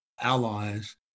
allies